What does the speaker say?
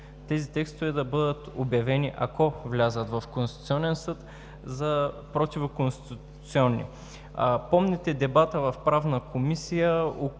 тези текстове да бъдат обявени, ако влязат в Конституционния съд, за противоконституционни. Помните дебата в Правна комисия,